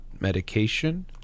medication